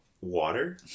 water